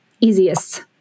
easiest